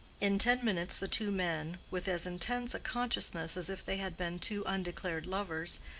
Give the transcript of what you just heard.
in ten minutes the two men, with as intense a consciousness as if they had been two undeclared lovers,